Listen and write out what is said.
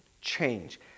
change